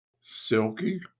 silky